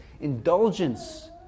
indulgence